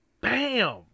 bam